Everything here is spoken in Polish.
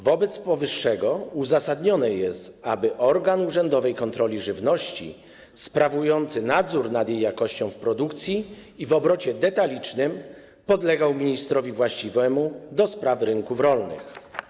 Wobec powyższego uzasadnione jest, aby organ urzędowej kontroli żywności sprawujący nadzór nad jej jakością w produkcji i w obrocie detalicznym podlegał ministrowi właściwemu do spraw rynków rolnych.